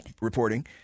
reporting